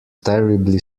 terribly